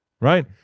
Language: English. Right